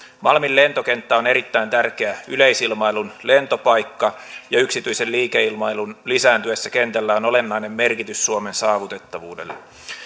malmin lentokenttä on erittäin tärkeä yleisilmailun lentopaikka ja yksityisen liikeilmailun lisääntyessä kentällä on olennainen merkitys suomen saavutettavuudelle